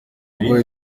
ngo